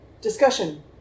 discussion